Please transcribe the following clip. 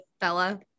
Bella